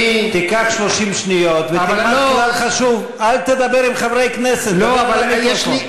תיקח 30 שניות ותלמד כלל חשוב: אל תדבר עם חברי כנסת מעבר למיקרופון.